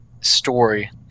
story